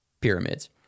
pyramids